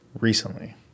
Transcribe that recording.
recently